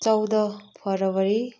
चौध फरवरी